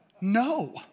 No